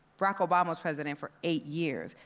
barack obama was president for eight years,